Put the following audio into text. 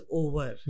over